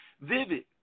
vivid